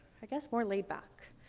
i guess, more laid back.